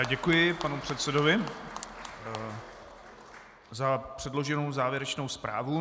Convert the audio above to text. Děkuji panu předsedovi za předloženou závěrečnou zprávu.